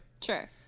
Sure